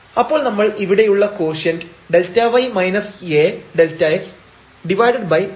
അപ്പോൾ നമ്മൾ ഇവിടെയുള്ള കോഷ്യന്റ് Δy A ΔxΔx